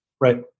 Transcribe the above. Right